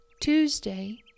Tuesday